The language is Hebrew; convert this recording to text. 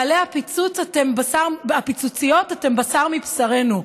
בעלי הפיצוציות, אתם בשר מבשרנו.